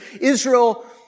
Israel